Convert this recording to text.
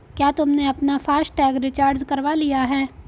क्या तुमने अपना फास्ट टैग रिचार्ज करवा लिया है?